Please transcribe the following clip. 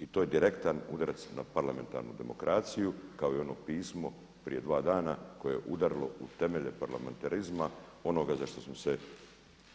I to je direktan udarac na parlamentarnu demokraciju kao i ono pismo prije dva dana koje je udarilo u temelje parlamentarizma, onoga za što smo se